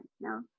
no